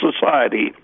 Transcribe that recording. Society